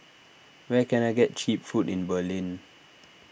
where can I get Cheap Food in Berlin